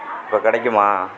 இப்போ கிடைக்குமா